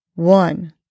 One